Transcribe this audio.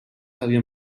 havien